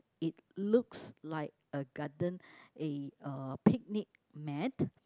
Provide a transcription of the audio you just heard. it looks like a garden a uh picnic mat